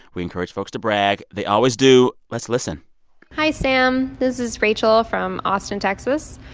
we encourage folks to brag. they always do. let's listen hi, sam. this is rachel from austin, texas.